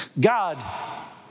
God